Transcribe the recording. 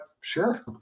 sure